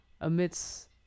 amidst